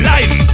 Life